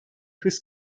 hız